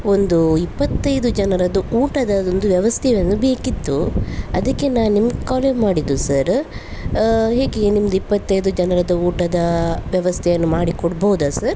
ಒಂದು ಇಪ್ಪತ್ತೈದು ಜನರದ್ದು ಊಟದ ಒಂದು ವ್ಯವಸ್ಥೆಯನ್ನು ಬೇಕಿತ್ತು ಅದಕ್ಕೆ ನಾನು ನಿಮ್ಗೆ ಕಾಲೆ ಮಾಡಿದ್ದು ಸರ ಹೇಗೆ ನಿಮ್ದು ಇಪ್ಪತ್ತೈದು ಜನರದ್ದು ಊಟದ ವ್ಯವಸ್ಥೆಯನ್ನು ಮಾಡಿ ಕೊಡ್ಬೋದ ಸರ್